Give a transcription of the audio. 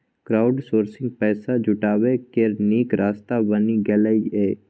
crowdsourcing पैसा जुटबै केर नीक रास्ता बनि गेलै यै